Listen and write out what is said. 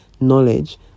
knowledge